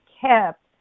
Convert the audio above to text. kept